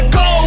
go